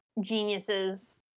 geniuses